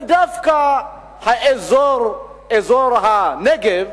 ודווקא אזור הנגב,